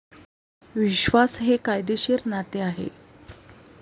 विश्वास हे कायदेशीर नाते आहे